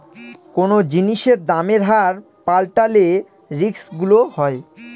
কোনো জিনিসের দামের হার পাল্টালে রিস্ক গুলো হয়